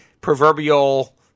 proverbial